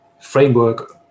framework